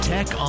Tech